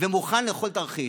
ומוכן לכל תרחיש.